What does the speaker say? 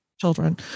children